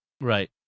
Right